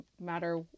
matter